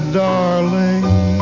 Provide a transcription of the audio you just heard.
darling